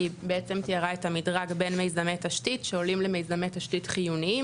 שהיא בעצם תיארה את המדרג בין מיזמי תשתית שעולים למיזמי תשתית חיוניים,